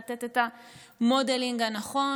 לתת את ה-modeling הנכון,